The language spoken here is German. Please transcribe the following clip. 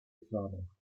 planung